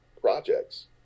projects